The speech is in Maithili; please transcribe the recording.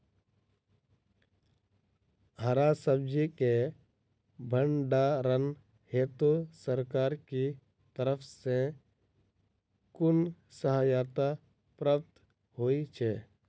हरा सब्जी केँ भण्डारण हेतु सरकार की तरफ सँ कुन सहायता प्राप्त होइ छै?